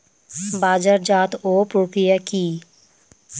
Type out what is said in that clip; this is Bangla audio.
বাজারজাতও প্রক্রিয়া কি?